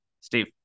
Steve